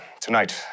Tonight